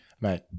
mate